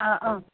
अह अह